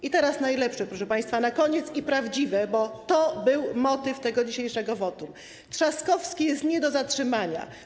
I teraz najlepsze, proszę państwa, na koniec, i prawdziwe, bo to był motyw tego dzisiejszego wotum: Trzaskowski jest nie do zatrzymania.